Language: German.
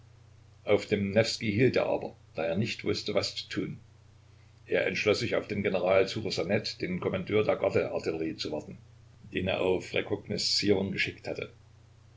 auf dem newskij hielt er aber da er nicht wußte was zu tun er entschloß sich auf den general ssuchosanet den kommandeur der gardeartillerie zu warten den er auf rekognoszierung geschickt hatte